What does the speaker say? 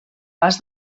pas